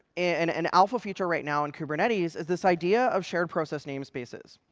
and an alpha feature right now in kubernetes is this idea of shared process namespaces.